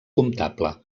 comptable